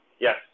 Yes